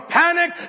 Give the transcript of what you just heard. panic